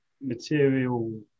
material